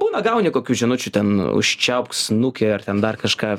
būna gauni kokių žinučių ten užčiaupk snukį ar ten dar kažką